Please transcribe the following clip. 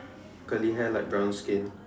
curly hair light brown skin